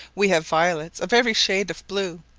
we have violets of every shade of blue,